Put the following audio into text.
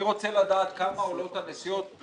אני רוצה לדעת כמה עולות הנסיעות,